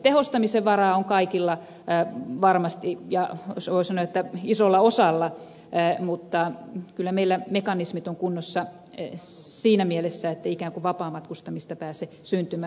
tehostamisen varaa on kaikilla varmasti ja voi sanoa että isolla osalla mutta kyllä meillä mekanismit on kunnossa siinä mielessä ettei ikään kuin vapaamatkustamista pääse syntymään